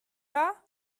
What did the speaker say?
pas